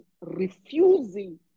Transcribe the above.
refusing